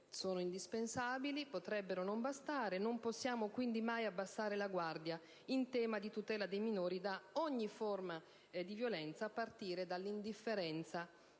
sono indispensabili, ma potrebbero non bastare, quindi non possiamo mai abbassare la guardia in tema di tutela dei minori da ogni forma di violenza, a partire dall'indifferenza